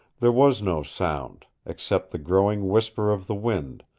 there was no sound, except the growing whisper of the wind,